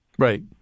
Right